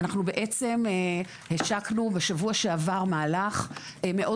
אנחנו בעצם השקנו בשבוע שעבר מהלך מאוד